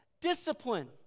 Discipline